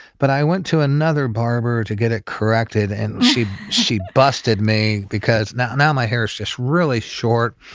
but i went to another barber to get it corrected and she she busted me because now now my hair is just really short.